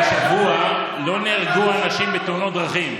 אבל השבוע לא נהרגו אנשים בתאונות דרכים.